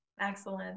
Excellent